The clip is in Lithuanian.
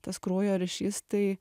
tas kraujo ryšys tai